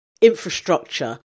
infrastructure